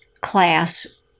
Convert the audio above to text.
class